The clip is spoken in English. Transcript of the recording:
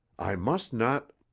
i must not.